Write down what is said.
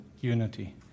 unity